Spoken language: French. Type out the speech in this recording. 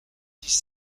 dix